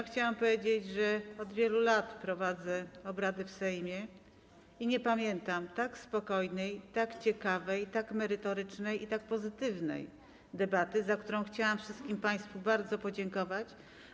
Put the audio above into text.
Chciałam powiedzieć, że od wielu lat prowadzę obrady w Sejmie i nie pamiętam tak spokojnej, tak ciekawej, tak merytorycznej i tak pozytywnej debaty, za którą chciałam wszystkim państwu bardzo podziękować.